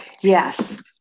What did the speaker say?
yes